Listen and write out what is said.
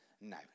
No